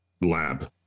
lab